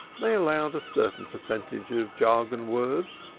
they allowed a certain percentage of jargon-words,